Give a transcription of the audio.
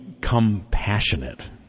compassionate